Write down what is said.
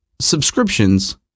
subscriptions